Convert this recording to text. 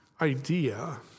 idea